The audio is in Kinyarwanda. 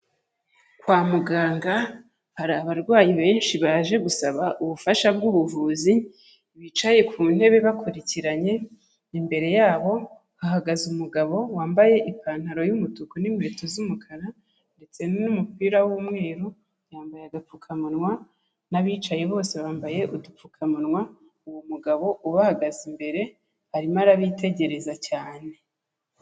Kwa muganga hari abarwayi benshi baje gusaba ubufasha bw'ubuvuzi bicaye ku ntebe bakurikiranye; imbere yabo hahagaze umugabo wambaye ipantaro y'umutuku n'inkweto z'umukara ndetse n'umupira w'umweru, yambaye agapfukamunwa n'abicaye bose bambaye udupfukamunwa; uwo mugabo ubahagaze imbere arimo arabitegereza cyane.